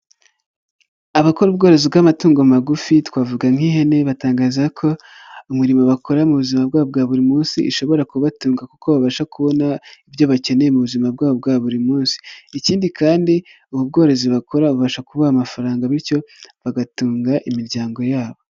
Abakora ubworozi bw'amatungo magufi twavuga nk'ihene batangaza ko umurimo bakora mu buzima bwabo bwa buri munsi ishobora kubatunga kuko babasha kubona ibyo bakeneye mu buzima bwabo bwa buri munsi ikindi kandi ubworozi bakora bubasha kubaha amafaranga bityo bagatunga imiryango yabo.